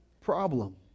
problem